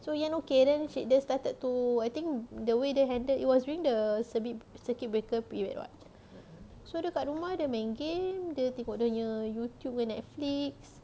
so ian okay she they started to I think the way they handle it was during the circ~ circuit breaker period [what] so kat rumah dia main game dia tengok dia nya YouTube dengan netflix